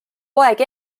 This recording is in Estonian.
poeg